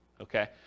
okay